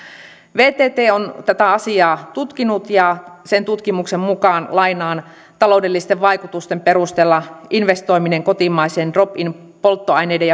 vtt on tätä asiaa tutkinut ja sen tutkimuksen mukaan taloudellisten vaikutusten perusteella investoiminen kotimaiseen drop in polttoaineiden